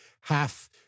half